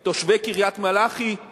תושבי קריית-מלאכי,